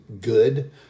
good